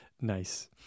nice